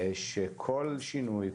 שכל שינוי,